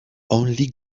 only